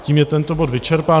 Tím je tento bod vyčerpán.